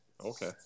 Okay